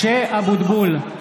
משה אבוטבול,